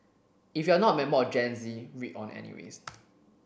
if you're not a member of Gen Z read on anyways